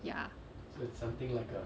ya